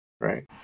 right